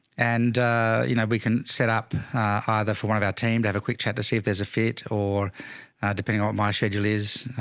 and you know, we can set up either for one of our team to have a quick chat to see if there's a fit or depending on what my schedule is,